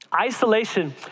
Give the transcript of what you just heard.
Isolation